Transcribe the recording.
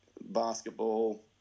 basketball